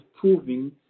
proving